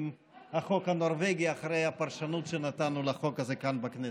החוק הנורבגי אחרי הפרשנות שנתנו לחוק הזה כאן בכנסת.